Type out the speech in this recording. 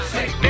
Say